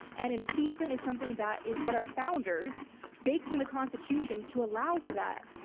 and impeachment is something that is what our founders baked in the constitution to allow for that.